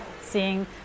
seeing